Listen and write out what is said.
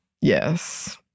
Yes